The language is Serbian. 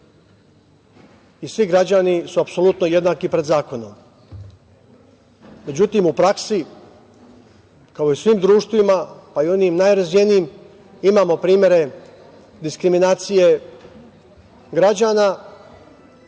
i svi građani su apsolutno jednaki pred zakonom. Međutim, u praksi, kao i u svim društvima, pa i onim najrazvijenijim, imamo primere diskriminacije građana.